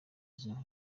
ikibazo